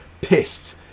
pissed